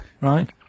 right